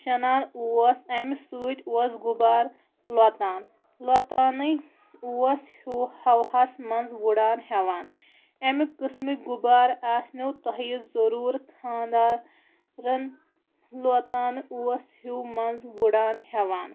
شانہ اوس اَمہِ سۭتۍ اوس غُبارٕ لۄتان لۄتانٕے اوس ہوہَس منٛز وُڈان ہیوان اَمہِ قٔسمٕکۍ غُبارٕ آسنو تۄہہِ ضروٗرت خاندارن لوتان اوس ہیوٗ منٛز وٕڈان ہیوان